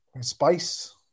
Spice